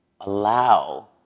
allow